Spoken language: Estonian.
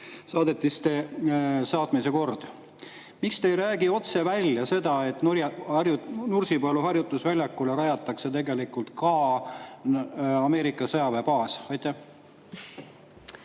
saadetiste saatmise kord. Miks te ei räägi otse välja seda, et Nursipalu harjutusväljakule rajatakse tegelikult ka Ameerika sõjaväebaas? Aitäh,